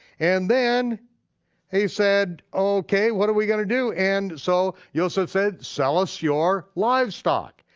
and then he said, okay, what are we gonna do? and so yoseph said sell us your livestock.